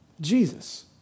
Jesus